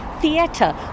theatre